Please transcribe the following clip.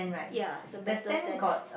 ya the metal stand